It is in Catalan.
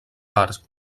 parts